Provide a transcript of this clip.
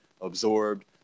absorbed